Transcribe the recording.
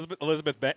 Elizabeth